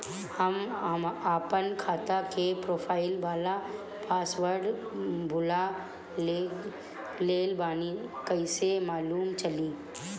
हम आपन खाता के प्रोफाइल वाला पासवर्ड भुला गेल बानी कइसे मालूम चली?